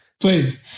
Please